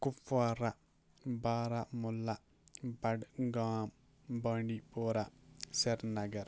Kupwara Baramulla Budgam Bandipora Srinagar